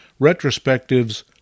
retrospectives